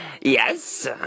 Yes